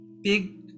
big